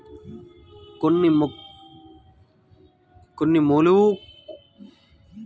కొన్ని మెలుకువలు పాటించడం వలన గేదెలకు ఇచ్చే మేత, దాణా ఖర్చు తగ్గించుకోవచ్చును